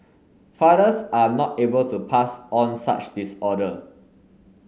fathers are not able to pass on such disorder